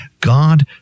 God